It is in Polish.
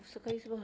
Wysoka Izbo!